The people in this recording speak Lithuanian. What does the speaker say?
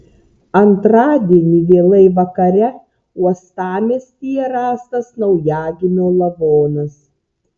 antradienį vėlai vakare uostamiestyje rastas naujagimio lavonas